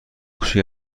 کوچکی